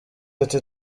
ati